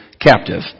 captive